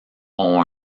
ont